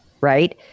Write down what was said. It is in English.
right